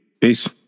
Peace